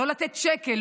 לא לתת שקל,